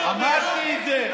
אמרתי את זה.